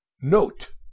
note